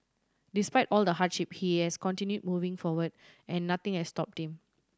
despite all the hardship he has continued moving forward and nothing has stopped him